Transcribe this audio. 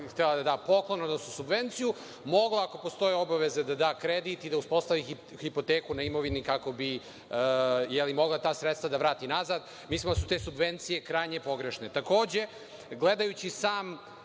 da da poklon, odnosno subvenciju, mogla ako postoje obaveze da da kredit i da uspostavi hipoteku na imovini kako bi mogla ta sredstva da vrati nazad. Mislimo da su te subvencije krajnje pogrešne. Takođe, gledajući sam